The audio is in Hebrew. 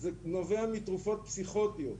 זה נובע מתרופות פסיכוטיות.